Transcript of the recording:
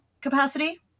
capacity